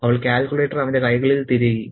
അവൾ കാൽക്കുലേറ്റർ അവന്റെ കൈകളിൽ തിരുകി